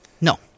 No